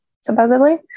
supposedly